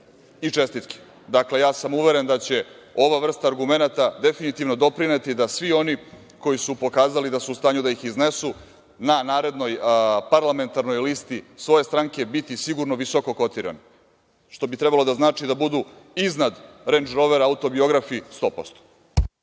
i čestitke. Dakle, ja sam uveren da će ova vrsta argumenata definitivno doprineti da svi oni koji su pokazali da su u stanju da ih iznesu na narednoj parlamentarnoj listi svoje stranke biti sigurno visoko kotirani, što bi trebalo da znači da su budu iznad „Rendž Rovera“ autobiografi 100%.